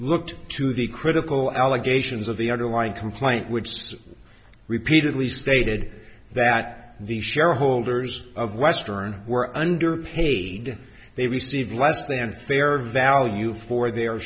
looked to the critical allegations of the underlying complaint which repeatedly stated that the shareholders of western were underpaid they received less than fair value for their